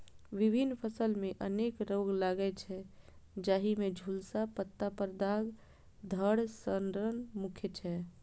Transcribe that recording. विभिन्न फसल मे अनेक रोग लागै छै, जाहि मे झुलसा, पत्ता पर दाग, धड़ सड़न मुख्य छै